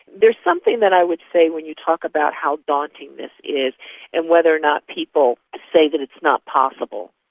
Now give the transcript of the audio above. there is something that i would say when you talk about how daunting this is and whether or not people say that it's not possible.